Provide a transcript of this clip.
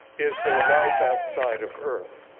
is there life outside of earth?